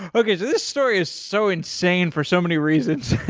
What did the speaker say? okay. this story is so insane for so many reasons.